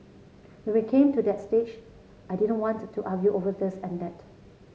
when we came to that stage I didn't want to argue over this and that